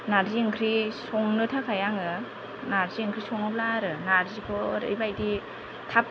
नारजि ओंख्रि संनो थाखाय आङो नारजि ओंख्रि सङोब्ला आरो नारजिखौ ओरैबायदि थाब